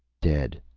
dead.